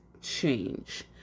change